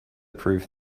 proof